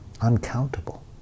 Uncountable